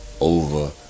Over